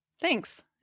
Thanks